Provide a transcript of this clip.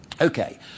Okay